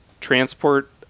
transport